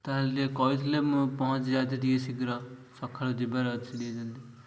ତା'ହେଲେ ଟିକେ କହିଥିଲେ ମୁଁ ପହଞ୍ଚିଛିି ଟିକେ ଶୀଘ୍ର ସକାଳ ଯିବାର ଅଛି ଟିକେ